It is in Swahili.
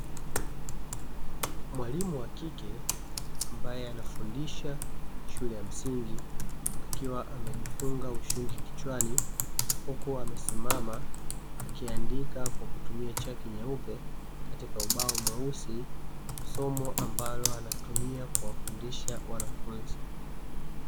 Mwalimu wa kike ambaye anafundisha shule ya msingi, akiwa amejifunga ushungi kichani huku amesimama akiandika kwakutumia chaki nyeupe, katika ubao mweusi somo analotumia kuwafundisha wanafunzi.